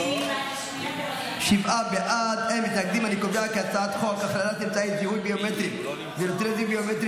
להעביר את הצעת חוק הכללת אמצעי זיהוי ביומטריים ונתוני זיהוי ביומטריים